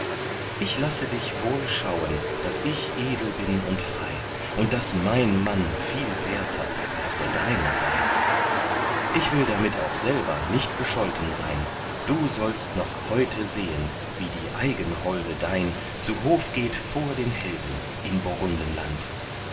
ich lasse dich wohl schauen daß ich edel bin und frei und daß mein mann viel werter als der deine sei ich will damit auch selber nicht bescholten sein du sollst noch heute sehen wie die eigenholde dein zu hof geht vor den helden in